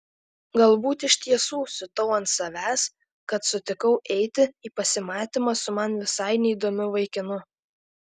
galbūt iš tiesų siutau ant savęs kad sutikau eiti į pasimatymą su man visai neįdomiu vaikinu